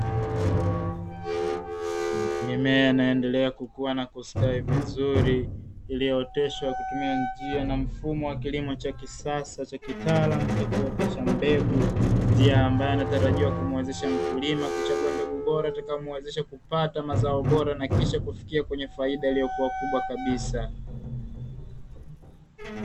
Mimea inaendelea kukua na kustawi vizuri iliyooteshwa kutumia njia na mfumo wa kilimo cha kisasa cha kitaalam cha kuotesha mbegu. Njia ambayo inatarajiwa kumwezesha mkulima kuchagua mbegu bora itakayomuwezesha kupata mazao bora na kisha kufikia kwenye faida iliyokuwa kubwa kabisa.